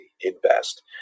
invest